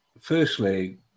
firstly